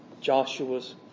Joshua's